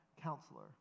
counselor